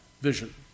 vision